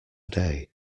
day